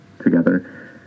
together